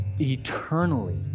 eternally